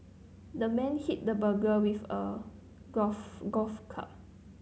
the man hit the burglar with a golf golf club